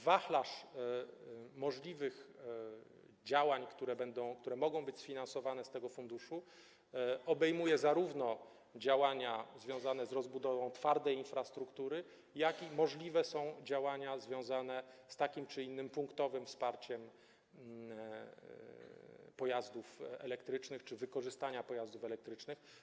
Wachlarz możliwych działań, które będą, mogą być sfinansowane z tego funduszu, obejmuje zarówno działania związane z rozbudową twardej infrastruktury, jak i możliwe działania związane z takim czy innym punktowym wsparciem pojazdów elektrycznych czy wykorzystaniem pojazdów elektrycznych.